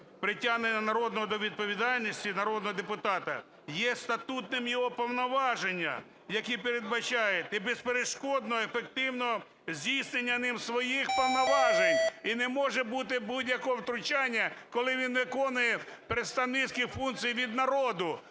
притягнення народного депутата до відповідальності, є статутними його повноваження, які передбачають і безперешкодного і ефективного здійснення ним своїх повноважень. І не може бути будь-якого втручання, коли він виконує представницькі функції від народу.